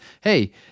Hey